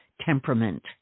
temperament